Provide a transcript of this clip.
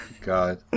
God